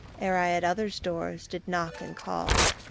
ere i at others' doors did knock and call.